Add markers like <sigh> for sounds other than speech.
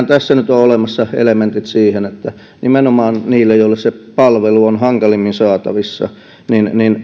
<unintelligible> tässä nyt on olemassa elementit siihen että nimenomaan niillä joille se palvelu on hankalimmin saatavissa